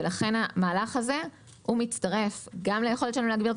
ולכן המהלך הזה מצטרף גם ליכולת שלנו להגביר את